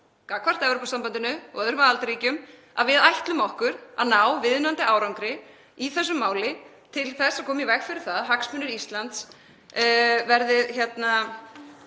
gagnvart Evrópusambandinu og öðrum aðildarríkjum að við ætlum okkur að ná viðunandi árangri í þessu máli til þess að koma í veg fyrir það að hagsmunir Íslands verði